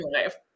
life